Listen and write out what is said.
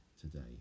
today